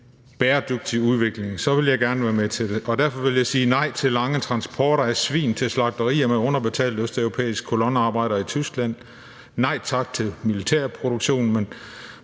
bæredygtig udvikling? Så vil jeg gerne være med til det. Derfor vil jeg sige nej til lange transporter af svin til slagterier med underbetalte østeuropæiske kolonnearbejdere i Tyskland. Nej tak til militær produktion. Men